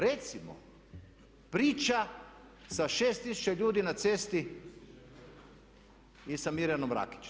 Recimo priča sa 6000 ljudi na cesti i sa Mirjanom Rakić.